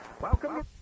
Welcome